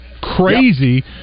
crazy